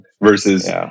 versus